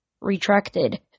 retracted